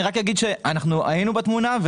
אני רק אגיד שאנחנו היינו בתמונה.